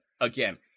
again